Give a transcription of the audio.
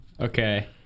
Okay